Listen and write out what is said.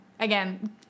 Again